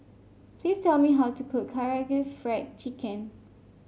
please tell me how to cook Karaage Fried Chicken